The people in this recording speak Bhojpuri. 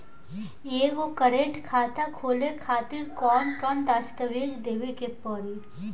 एगो करेंट खाता खोले खातिर कौन कौन दस्तावेज़ देवे के पड़ी?